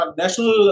national